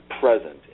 present